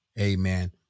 amen